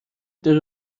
داره